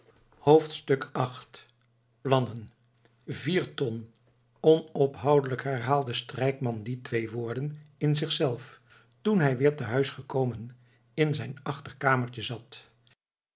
viii plannen vier ton onophoudelijk herhaalde strijkman die twee woorden in zichzelf toen hij weer te huis gekomen in zijn achterkamertje zat